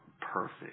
perfect